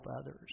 others